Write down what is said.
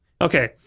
Okay